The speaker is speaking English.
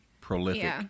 prolific